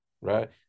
right